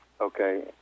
Okay